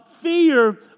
fear